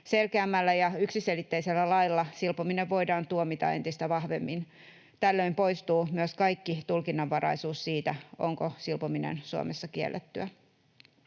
Selkeämmällä ja yksiselitteisellä lailla silpominen voidaan tuomita entistä vahvemmin. Tällöin poistuu myös kaikki tulkinnanvaraisuus siitä, onko silpominen Suomessa kiellettyä.